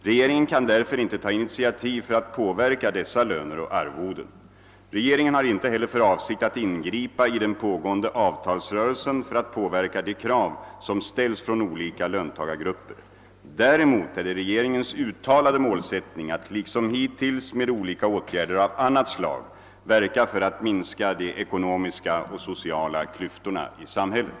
Regeringen kan därför inte ta initiativ för att påverka dessa löner och arvoden. Regeringen har inte heller för avsikt att ingripa i den pågående avtalsrörelsen för att påverka de krav som ställs från olika löntagargrupper. Däremot är det regeringens uttalade målsättning att liksom hittills med olika åtgärder av annat slag verka för att minska de ekonomiska och sociala klyftorna i samhället.